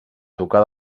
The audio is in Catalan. tocar